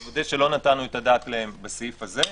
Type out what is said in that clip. אני מודה שלא נתנו את הדעת אליהם בסעיף הזה,